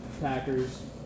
Packers